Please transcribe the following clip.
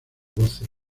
voces